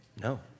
No